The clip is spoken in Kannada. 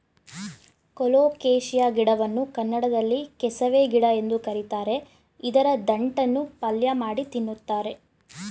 ಕೊಲೋಕೆಶಿಯಾ ಗಿಡವನ್ನು ಕನ್ನಡದಲ್ಲಿ ಕೆಸವೆ ಗಿಡ ಎಂದು ಕರಿತಾರೆ ಇದರ ದಂಟನ್ನು ಪಲ್ಯಮಾಡಿ ತಿನ್ನುತ್ತಾರೆ